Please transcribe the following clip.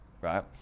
right